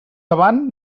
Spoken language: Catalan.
avant